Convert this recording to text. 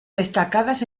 destacadas